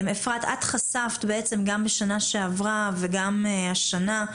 אפרת, את חשפת בעצם גם בשנה שעברה וגם השנה,